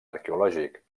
arqueològic